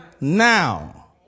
now